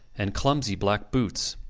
and clumsy black boots.